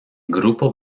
grupo